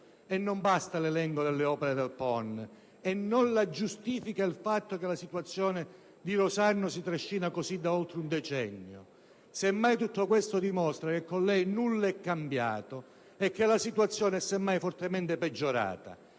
e non basta l'elenco delle opere del PON, e non la giustifica il fatto che la situazione di Rosarno si trascina così da oltre un decennio. Semmai tutto ciò dimostra che con lei nulla è cambiato e che la situazione è semmai fortemente peggiorata,